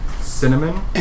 Cinnamon